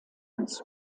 hans